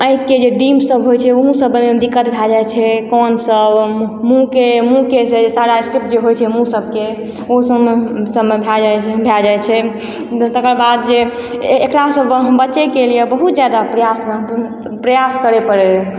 आँखिके जे डिम सब होइ छै ओहु सब बनबैमे दिक्कत भए जाइ छै कान सब मुँहके मुँहके सारा स्टिप जे होइ छै मुँह सबके ओ सबमे सबमे भए भए जाइ छै तकरबाद जे एकरासँ बचैके लिए बहुत जादा प्रयास प्रयास करै परै